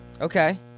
Okay